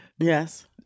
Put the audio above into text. yes